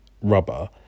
rubber